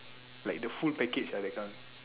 like the full package ah that kind